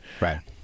Right